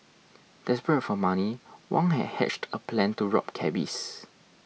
desperate for money Wang had hatched a plan to rob cabbies